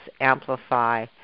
amplify